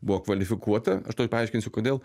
buvo kvalifikuota tuoj paaiškinsiu kodėl